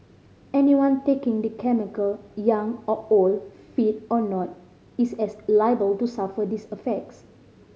anyone taking the chemical young or old fit or not is as liable to suffer these affects